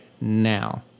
now